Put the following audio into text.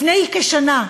לפני כשנה,